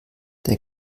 der